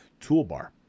toolbar